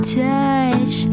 touch